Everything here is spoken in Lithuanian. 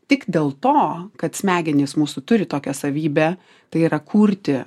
tik dėl to kad smegenys mūsų turi tokią savybę tai yra kurti